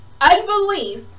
unbelief